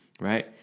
right